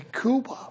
Cuba